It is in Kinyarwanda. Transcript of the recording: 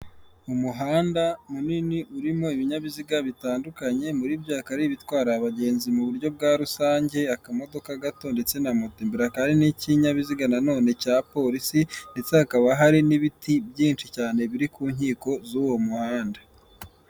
Umuhanda munini urimo ibinyabiziga bitandukanye, muri byo hakaba hari ibitwara abagenzi mu buryo bwa rusange. Akamodoka gato ndetse na moto imbere, hakaba hari n'ikinyabiziga nanone cya polisi ndetse hakaba hari n'ibiti byinshi cyane biri ku nkiko z'uwo muhanda.